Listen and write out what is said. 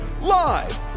Live